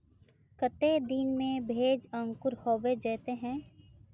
केते दिन में भेज अंकूर होबे जयते है?